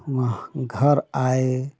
घर आए